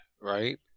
right